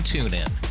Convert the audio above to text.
TuneIn